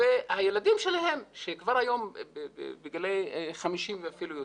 והילדים שלהם שכבר היום בגילאי 50 ואפילו יותר,